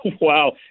wow